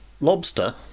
lobster